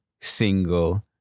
single